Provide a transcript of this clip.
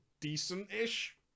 decent-ish